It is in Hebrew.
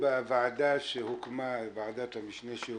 בוועדת המשנה של